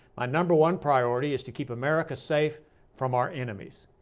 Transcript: my number one priority is to keep america safe from our enemies.